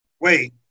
Wait